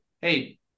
Hey